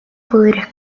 poderes